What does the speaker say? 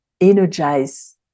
energize